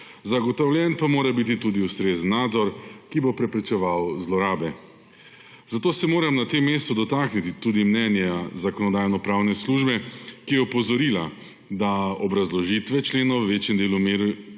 zagotovljen pa mora biti tudi ustrezen nadzor, ki bo preprečeval zlorabe. Zato se moram na tem mestu dotakniti tudi mnenja Zakonodajno-pravne službe, ki je opozorila, da obrazložitve členov v večjem delu ne